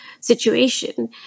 situation